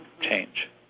change